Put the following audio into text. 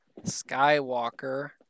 Skywalker